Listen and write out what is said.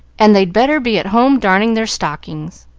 and they'd better be at home darning their stockings.